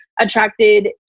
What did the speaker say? attracted